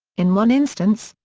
in one instance,